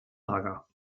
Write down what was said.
lager